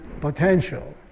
potential